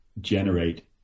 generate